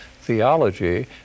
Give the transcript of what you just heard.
theology